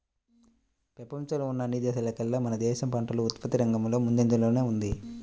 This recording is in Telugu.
పెపంచంలో ఉన్న అన్ని దేశాల్లోకేల్లా మన దేశం పంటల ఉత్పత్తి రంగంలో ముందంజలోనే ఉంది